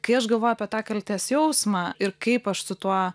kai aš galvoju apie tą kaltės jausmą ir kaip aš su tuo